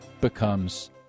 becomes